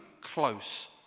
close